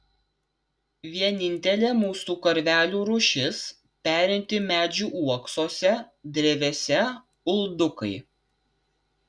vienintelė mūsų karvelių rūšis perinti medžių uoksuose drevėse uldukai